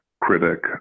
critic